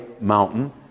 mountain